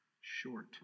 short